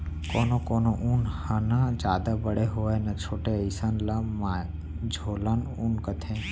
कोनो कोनो ऊन ह न जादा बड़े होवय न छोटे अइसन ल मझोलन ऊन कथें